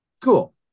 cool